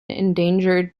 endangered